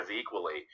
equally